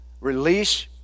Release